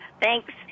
Thanks